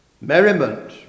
merriment